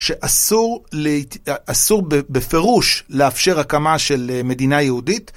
שאסור בפירוש לאפשר הקמה של מדינה יהודית.